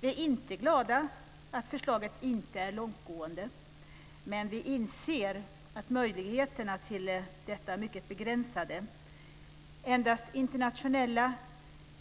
Vi är inte glada över att förslaget inte är långtgående, men vi inser att möjligheterna till detta är begränsade. Endast internationella